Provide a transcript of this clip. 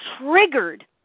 triggered